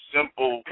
Simple